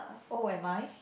oh am I